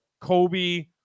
Kobe